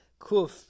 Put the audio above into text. Kuf